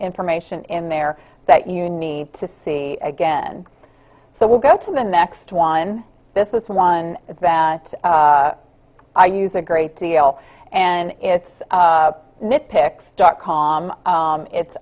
information in there that you need to see again so we'll go to the next one this is one that i use a great deal and it's nitpicks dot com it's